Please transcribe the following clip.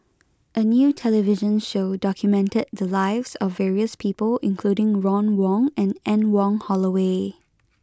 a new television show documented the lives of various people including Ron Wong and Anne Wong Holloway